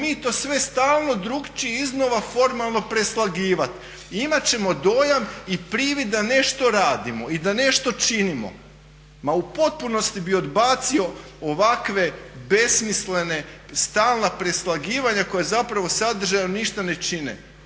mi to sve stalno drukčije, iznova formalno preslagivati. I imat ćemo dojam i privid da nešto radimo i da nešto činimo. Ma u potpunosti bi odbacio ovakve besmislene, stalna preslagivanja koja zapravo sadržanoj ništa ne čine,